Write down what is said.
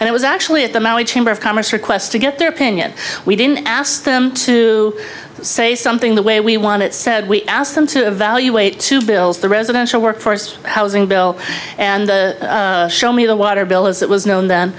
and it was actually at the maui chamber of commerce request to get their opinion we didn't ask them to say something the way we want it said we asked them to evaluate two bills the residential workforce housing bill and show me the water bill as it was known the